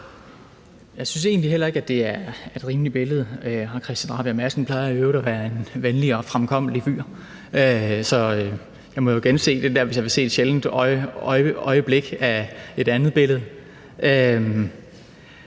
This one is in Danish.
Jeg synes egentlig heller ikke, at det er et rimeligt billede. Hr. Christian Rabjerg Madsen plejer i øvrigt at være en venlig og fremkommelig fyr, så jeg må jo gense det der program, hvis jeg vil se et sjældent øjeblik, hvor man får et andet billede.